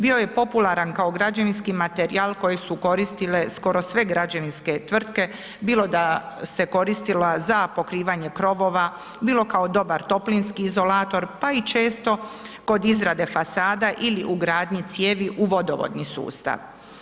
Bio je popularan kao građevinski materijal koji su koristile skoro sve građevinske tvrtke, bilo da se koristila za pokrivanje krovova, bilo kao dobar toplinski izolator pa i često kod izrade fasada ili ugradnji cijevi u vodovodni sustav.